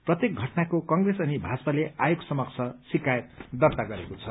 प्रत्येक घटनाको कंग्रेस अनि भाजपाले आयोग समक्ष शिकायत दर्ता गरेको छ